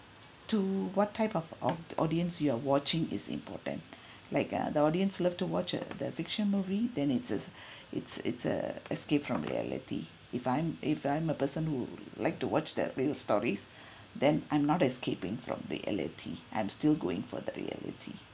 to what type of of audience you are watching is important like uh the audience love to watch a the fiction movie then it is it's it's a escape from reality if I'm if I am a person who like to watch the real stories then I'm not escaping from reality I'm still going for the reality